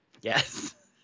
Yes